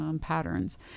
patterns